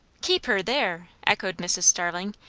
keep her there! echoed mrs. starling.